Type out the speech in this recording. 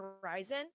horizon